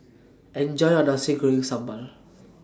Enjoy your Nasi Goreng Sambal